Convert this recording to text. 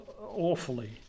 Awfully